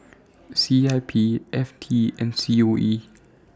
C I P F T and C O E